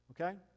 Okay